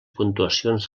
puntuacions